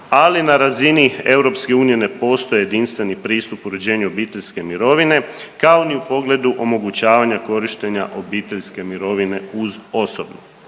ali na razini EU ne postoji jedinstveni pristup uređenju obiteljske mirovine kao ni u pogledu omogućavanja korištenja obiteljske mirovine uz osobnu.